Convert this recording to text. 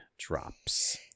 drops